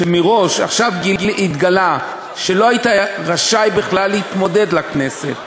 שעכשיו התגלה שמראש לא היית רשאי בכלל להתמודד לכנסת,